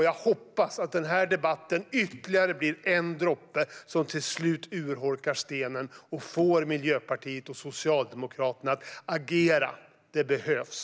Jag hoppas att den här debatten blir den droppe som till slut urholkar stenen och får Miljöpartiet och Socialdemokraterna att agera. Det behövs.